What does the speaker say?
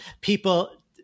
people